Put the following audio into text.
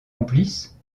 complices